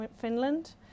Finland